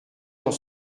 dans